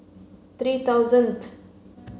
three thousandth